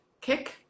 kick